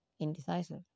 Indecisive